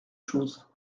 choses